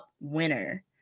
winner